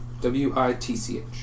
W-I-T-C-H